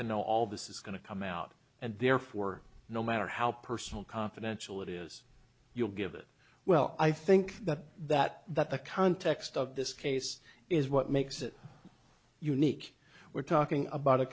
to know all this is going to come out and therefore no matter how personal confidential it is you'll give it well i think that that that the context of this case is what makes it unique we're talking about a